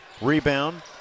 Rebound